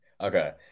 Okay